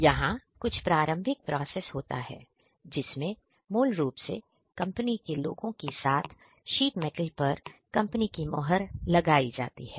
यहां कुछ प्रारंभिक प्रोसेस होता है जिसमें मूल रूप से कंपनी के लोगों के साथ शीट मेटल पर कंपनी की मोहर लगाई जाती है